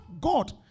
God